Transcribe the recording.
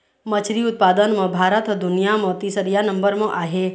मछरी उत्पादन म भारत ह दुनिया म तीसरइया नंबर म आहे